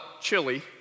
chili